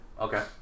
okay